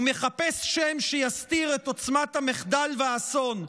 הוא מחפש שם שיסתיר את עוצמת המחדל והאסון.